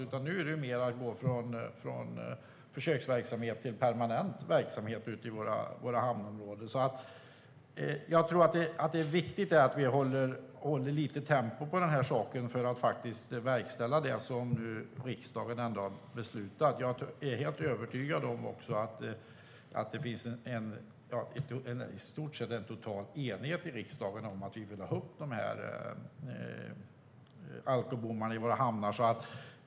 Nu handlar det mer om att gå från en försöksverksamhet till en permanent verksamhet i våra hamnområden. Jag tror att det är viktigt att vi håller lite tempo här för att faktiskt verkställa det som riksdagen ändå har beslutat. Jag är helt övertygad om att det finns i stort sett en total enighet i riksdagen om att vi vill få upp dessa alkobommar i våra hamnar.